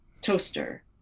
toaster